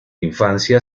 infancia